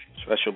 Special